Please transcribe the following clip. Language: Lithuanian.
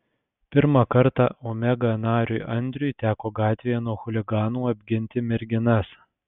pirmą kartą omega nariui andriui teko gatvėje nuo chuliganų apginti merginas